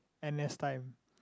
n_s time